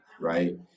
right